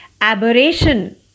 Aberration